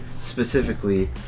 specifically